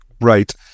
Right